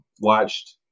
watched